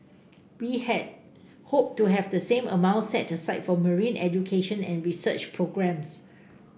we had hoped to have the same amount set aside for marine education and research programmes